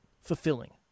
fulfilling